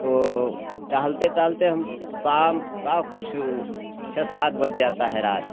तो टहलते टहलते हम शाम का कुछ ऊ छः सात बज जाता है रात